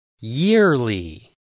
Yearly